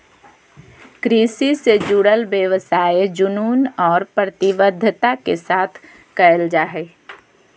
कृषि से जुडल व्यवसाय जुनून और प्रतिबद्धता के साथ कयल जा हइ